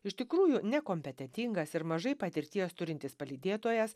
iš tikrųjų nekompetentingas ir mažai patirties turintis palydėtojas